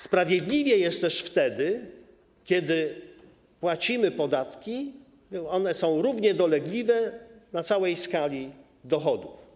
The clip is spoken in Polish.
Sprawiedliwie jest też wtedy, kiedy płacimy podatki, które są równie dolegliwe na całej skali dochodów.